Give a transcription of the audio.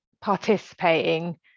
participating